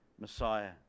Messiah